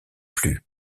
plus